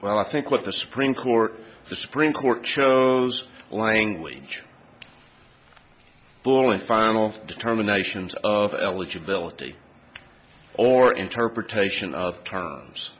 well i think with the supreme court the supreme court shows language final determinations of eligibility or interpretation of terms